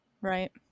Right